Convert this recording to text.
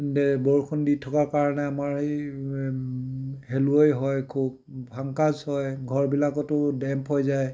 বৰষুণ দি থকাৰ কাৰণে আমাৰ এই শেলুৱৈ হয় খুব ফাংগাছ হয় ঘৰবিলাকতো ডেম্প হৈ যায়